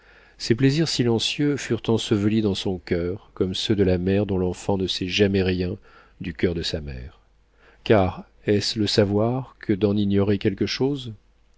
ces plaisirs silencieux furent ensevelis dans son coeur comme ceux de la mère dont l'enfant ne sait jamais rien du coeur de sa mère car est-ce le savoir que d'en ignorer quelque chose